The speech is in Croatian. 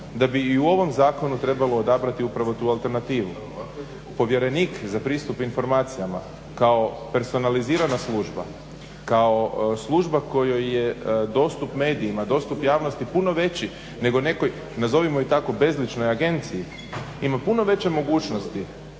da bi i u ovome zakonu trebalo odabrati upravo tu alternativu. Povjerenik za pristup informacijama kao personalizirana služba, kao služba kojoj je dostup medijima, dostup javnosti puno veći nego nekoj, nazovimo je tako bezličnoj agenciji, ima puno veće mogućnosti